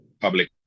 public